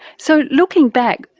so, looking back,